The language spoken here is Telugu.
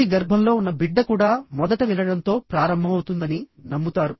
తల్లి గర్భంలో ఉన్న బిడ్డ కూడా మొదట వినడంతో ప్రారంభమవుతుందని నమ్ముతారు